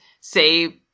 say